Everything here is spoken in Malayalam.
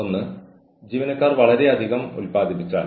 ബന്ധപ്പെട്ട വ്യക്തിക്ക് സഹതാപം തോന്നും